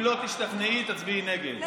ואם לא תשתכנעי תצביעי נגד.